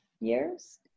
years